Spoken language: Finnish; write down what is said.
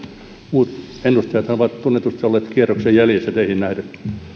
mutta ennustajathan ovat tunnetusti olleet kierroksen jäljessä teihin nähden